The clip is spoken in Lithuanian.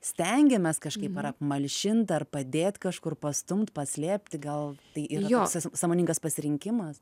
stengiamės kažkaip ar malšint ar padėt kažkur pastumt paslėpt gal tai ir jos sąmoningas pasirinkimas